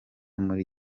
muri